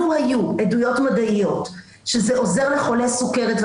לו היו עדויות מדעיות שזה עוזר לחולי סוכרת,